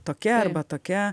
tokia arba tokia